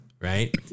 right